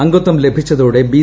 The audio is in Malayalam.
അംഗത്വം ലഭിച്ചതോടെ ബി